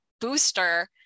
booster